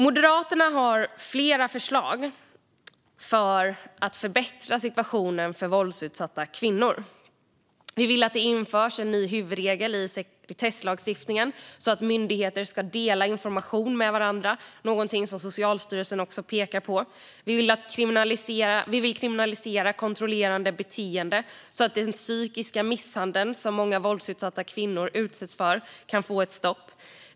Moderaterna har flera förslag för att förbättra situationen för våldsutsatta kvinnor. Vi vill att det införs en ny huvudregel i sekretesslagstiftningen så att myndigheter ska dela information med varandra. Det är någonting som Socialstyrelsen också pekar på. Vi vill kriminalisera kontrollerande beteende så att den psykiska misshandeln som många våldsutsatta kvinnor utsätts för kan få ett stopp.